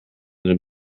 den